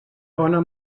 bona